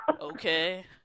Okay